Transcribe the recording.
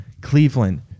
Cleveland